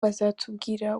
bazatubwira